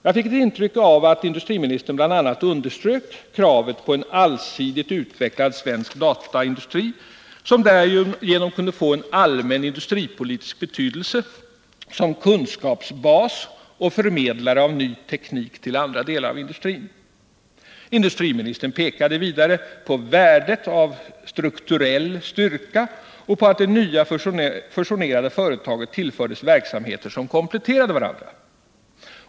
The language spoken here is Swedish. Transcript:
Jag fick ett intryck av att industriministern bl.a. underströk kravet på en allsidigt utvecklad svensk dataindustri, som därigenom kunde få en allmän industripolitisk betydelse som kunskapsbas och förmedlare av ny teknik till andra delar av industrin. Industriministern pekade också på värdet av strukturell styrka och på att det nya fusionerade företaget tillfördes verksamheter som kompletterade varandra.